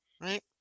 right